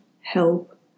help